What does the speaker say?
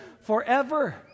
forever